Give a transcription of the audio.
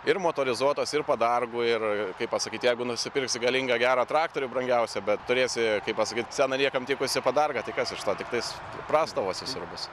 ir motorizuotos ir padargų ir kaip pasakyt jeigu nusipirksi galingą gerą traktorių brangiausią bet turėsi kaip pasakyt seną niekam tikusį padargą tai kas iš to tiktais prastovos visur bus